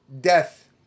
death